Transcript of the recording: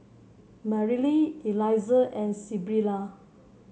Mareli Eliza and Sybilla